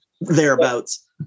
thereabouts